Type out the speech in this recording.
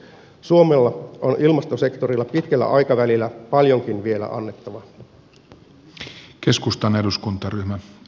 suomella on ilmastosektorilla pitkällä aikavälillä paljonkin vielä annettavaa